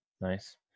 Nice